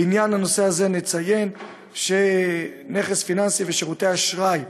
בנושא הזה נציין שנכס פיננסי ושירותי אשראי,